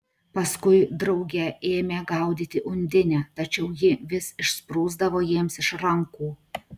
paskui drauge ėmė gaudyti undinę tačiau ji vis išsprūsdavo jiems iš rankų